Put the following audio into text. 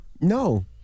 No